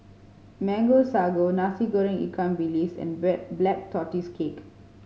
Mango Sago Nasi Goreng ikan bilis and Black Tortoise Cake